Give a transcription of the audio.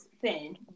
thin